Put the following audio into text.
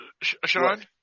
Sean